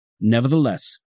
Nevertheless